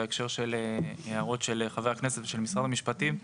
בהקשר של הערות של חבר הכנסת ושל משרד המשפטים,